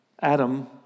Adam